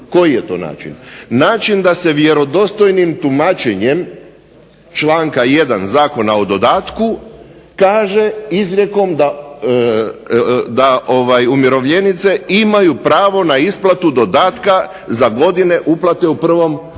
Način da se vjerodostojnim tumačenjem članka 1. Zakona o dodatku kaže izrijekom da umirovljenice imaju pravo na isplatu dodatka za godine uplate u prvom stupnju.